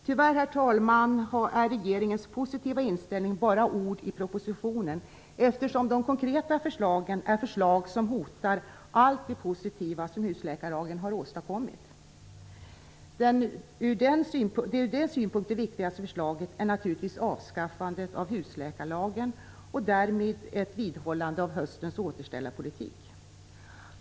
Tyvärr, herr talman, är regeringens positiva inställning bara ord i propositionen, eftersom de konkreta förslagen hotar allt det positiva som husläkarlagen har åstadkommit. Det ur den synpunkten viktigaste förslaget är naturligtivs avskaffandet av husläkarlagen och därmed ett vidhållande av höstens återställarpolitik.